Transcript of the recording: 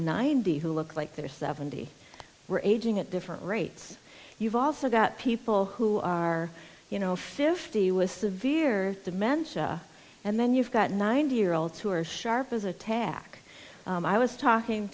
ninety who look like they're seventy we're aging at different rates you've also got people who are you know fifty with severe dementia and then you've got ninety year olds who are sharp as a tack i was talking